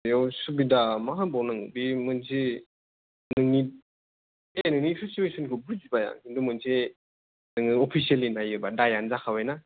बेयाव सुबिधा मा होनबावनांगौ बेयो मोनसे नोंनि दे नोंनि सिचुवेसनखौ बुजिबाय आं खिन्थु मोनसे नोङो अफिसियेलि नायोबा दायानो जाखाबाय ना